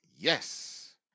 Yes